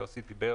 יוסי פתאל